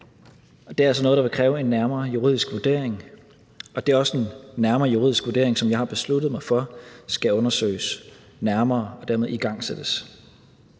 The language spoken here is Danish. Det er altså noget, der vil kræve en nærmere juridisk vurdering, og det er også en nærmere juridisk vurdering, som jeg har besluttet mig for og derfor vil igangsætte.